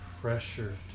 pressure